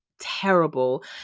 terrible